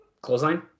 clothesline